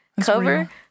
cover